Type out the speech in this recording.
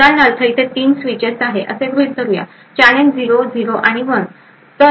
उदाहरणार्थ येथे 3 स्विचेस आहेत असे गृहीत धरू या चॅलेंज 0 0 आणि 1 आहे